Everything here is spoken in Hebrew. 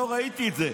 לא ראיתי את זה.